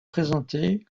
présenté